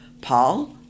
Paul